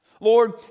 Lord